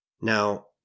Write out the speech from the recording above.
Now